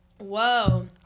Whoa